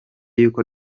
y’uko